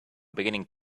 beginning